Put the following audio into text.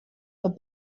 are